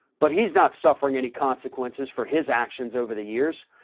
but he's not suffering any consequences for his actions over the years.